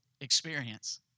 experience